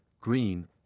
green